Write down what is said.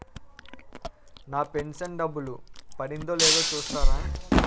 నా pension డబ్బులు పడిందో లేదో చూస్తారా?